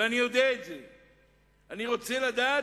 ואני יודע את זה, אני רוצה לדעת,